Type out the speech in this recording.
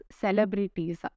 celebrities